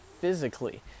physically